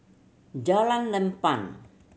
Jalan Lapang